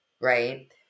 right